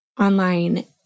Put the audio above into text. online